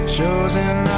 Chosen